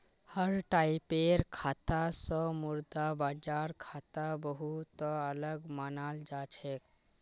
हर टाइपेर खाता स मुद्रा बाजार खाता बहु त अलग मानाल जा छेक